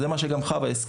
וזה גם מה שחוה הזכירה.